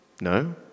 No